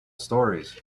stories